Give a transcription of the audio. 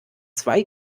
zwei